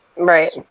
right